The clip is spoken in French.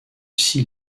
six